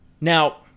Now